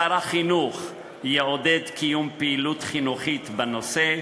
שר החינוך יעודד קיום פעילות חינוכית בנושא,